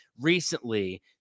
recently